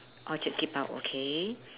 orchard keep out okay